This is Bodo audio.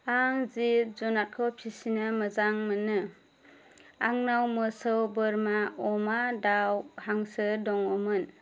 आं जे जुनातखौ फिसिनो मोजां मोनो आंनाव मोसौ बोरमा अमा दाउ हांसो दङमोन